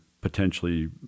Potentially